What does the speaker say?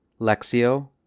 Lexio